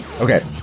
Okay